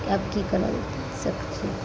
तब की करबय तब की